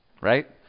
Right